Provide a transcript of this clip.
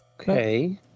Okay